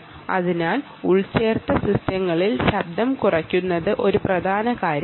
അതിനാൽ എംബഡഡ് സിസ്റ്റങ്ങളിൽ ശബ്ദം കുറയ്ക്കുന്നത് ഒരു പ്രധാന കാര്യമാണ്